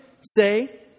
say